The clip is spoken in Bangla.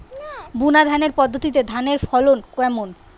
বুনাধানের পদ্ধতিতে ধানের ফলন কেমন?